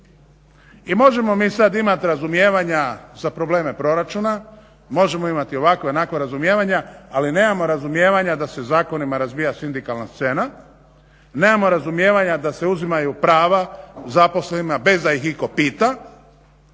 I možemo mi sad imat razumijevanja za probleme proračuna, možemo imati ovakva, onakva razumijevanja. Ali nemamo razumijevanja da se zakonima razbija sindikalna scena, nemamo razumijevanja da se uzimaju prava zaposlenima bez da ih itko pita.